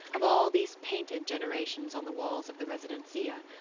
of all these painted generations on the walls of the residencia,